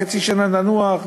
חצי שנה ננוח,